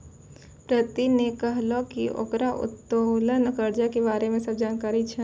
प्रीति ने कहलकै की ओकरा उत्तोलन कर्जा के बारे मे सब जानकारी छै